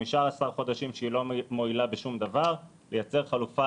15 חודשים שלא מועילה בשום דבר לייצר חלופה